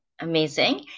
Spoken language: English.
Amazing